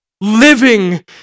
living